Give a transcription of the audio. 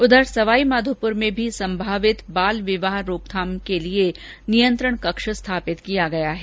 उधर सवाईमाधोपुर में भी संभावित बाल विवाह की रोकथाम के लिये नियंत्रण कक्ष स्थापित किया गया है